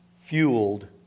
fueled